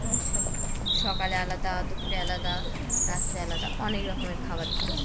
সব সকালে আলাদা দুপুরে আলাদা রাত্রে আলাদা অনেক রকমের খাবার দিত